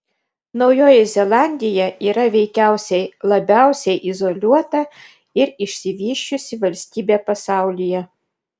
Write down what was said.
naujoji zelandija yra veikiausiai labiausiai izoliuota ir išsivysčiusi valstybė pasaulyje